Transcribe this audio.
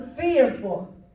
fearful